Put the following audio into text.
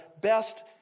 best